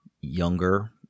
younger